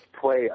play